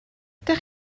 ydych